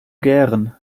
gären